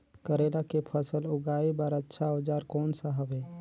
करेला के फसल उगाई बार अच्छा औजार कोन सा हवे?